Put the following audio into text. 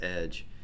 Edge